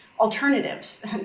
alternatives